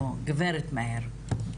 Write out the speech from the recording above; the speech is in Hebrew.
או גברת מאיר,